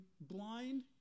blind